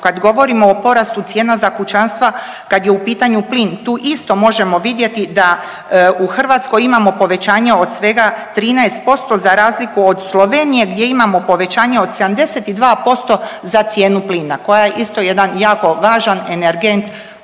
Kad govorimo o porastu cijena za kućanstva kad je u pitanju plin tu isto možemo vidjeti da u Hrvatskoj imamo povećanje od svega 13% za razliku od Slovenije gdje imamo povećanje od 72% za cijenu plina koja je isto jedan jako važan energent